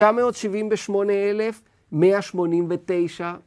978,189